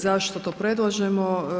Zašto to predlažemo?